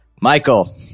Michael